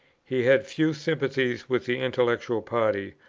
he had few sympathies with the intellectual party,